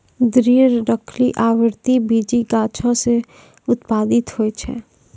दृढ़ लकड़ी आवृति बीजी गाछो सें उत्पादित होय छै?